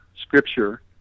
Scripture